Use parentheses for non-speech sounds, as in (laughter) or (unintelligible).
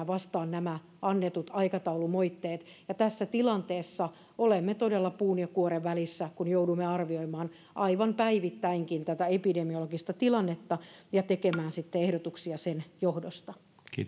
(unintelligible) vastaan nämä annetut aikataulumoitteet ja tässä tilanteessa olemme todella puun ja kuoren välissä kun joudumme arvioimaan aivan päivittäinkin tätä epidemiologista tilannetta ja tekemään sitten ehdotuksia sen johdosta